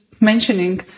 mentioning